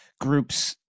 group's